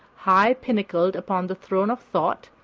high-pinnacled upon the throne of thought,